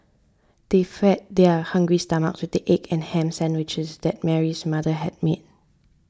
they fed their hungry stomachs with the egg and ham sandwiches that Mary's mother had made